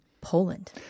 poland